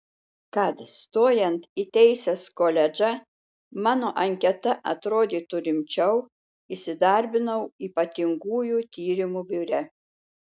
kad stojant į teisės koledžą mano anketa atrodytų rimčiau įsidarbinau ypatingųjų tyrimų biure